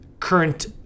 current